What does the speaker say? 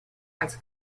als